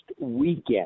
weekend